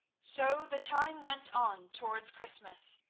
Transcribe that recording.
so the time went on towards christmas,